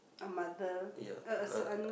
a mother err son